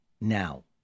now